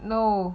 no